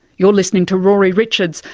you're listening to rory richards,